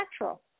natural